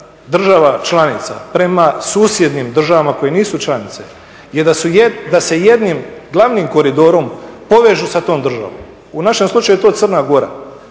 država članica prema susjednim državama koje nisu članice je da se jednim glavnim koridorom povežu sa tom državom. U našem slučaju je to Crna Gora,